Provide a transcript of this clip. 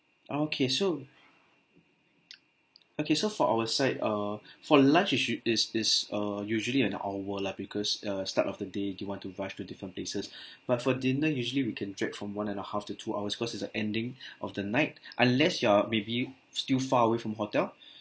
okay so okay so for our side uh for lunch is u~ is is uh usually an hour lah because uh start of the day they want to rush to different places but for dinner usually we can drag from one and a half to two hours because is a ending of the night unless you are maybe still far away from hotel